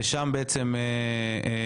שם בעצם תיקבע